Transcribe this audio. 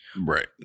Right